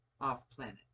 off-planet